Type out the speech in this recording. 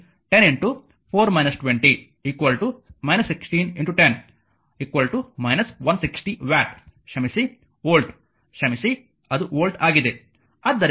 ಆದ್ದರಿಂದ ಇಲ್ಲಿ 10 16 10 160 ವ್ಯಾಟ್ ಕ್ಷಮಿಸಿ ವೋಲ್ಟ್ ಕ್ಷಮಿಸಿ ಅದು ವೋಲ್ಟ್ ಆಗಿದೆ